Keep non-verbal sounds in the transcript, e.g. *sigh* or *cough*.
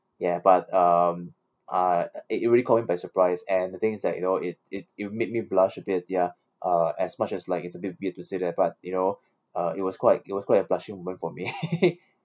ya but um I it really caught me by surprise and the things that you know it it it made me blush a bit ya uh as much as like it's a bit weird to say that but you know uh it was quite it was quite a blushing moment for me *laughs*